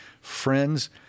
friends